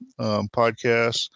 podcasts